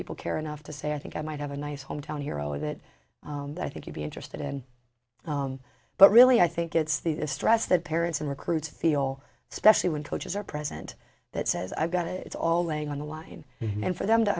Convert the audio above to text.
people care enough to say i think i might have a nice hometown hero or that i think you'd be interested in but really i think it's the stress that parents and recruits feel especially when coaches are present that says i've got it all laying on the line and for them to